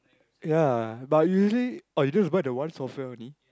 ya but you usually or you don't have to buy the one software only